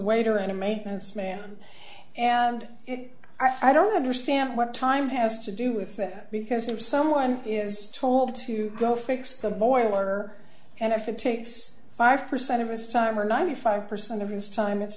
waiter in a maintenance man and i don't understand what time has to do with that because if someone is told to go fix the boiler and if it takes five percent of his time or ninety five percent of his time it's